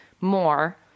more